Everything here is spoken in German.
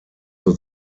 zur